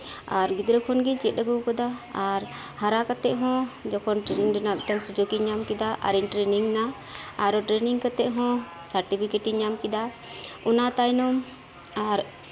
ᱟᱨ ᱜᱤᱫᱽᱨᱟᱹ ᱠᱷᱚᱱ ᱜᱤᱧ ᱪᱮᱫ ᱟᱹᱜᱩ ᱟᱠᱟᱫᱟ ᱟᱨ ᱦᱟᱨᱟ ᱠᱟᱛᱮᱫ ᱦᱚᱸ ᱡᱚᱠᱷᱚᱱ ᱴᱮᱨᱱᱤᱝ ᱮᱨᱱᱟᱜ ᱦᱚᱸ ᱢᱤᱫᱴᱟᱝ ᱥᱩᱡᱳᱠ ᱤᱧ ᱧᱟᱢ ᱠᱮᱫᱟ ᱟᱨ ᱤᱧ ᱴᱮᱨᱱᱤᱝ ᱮᱱᱟ ᱟᱨᱚ ᱴᱮᱨᱱᱤᱝ ᱠᱟᱛᱮᱫ ᱦᱚᱸ ᱥᱟᱴᱚᱯᱷᱤᱠᱮᱴ ᱤᱧ ᱧᱟᱢ ᱠᱮᱫᱟ ᱚᱱᱟ ᱛᱟᱭᱚᱢ ᱟᱨ